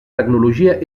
tecnologia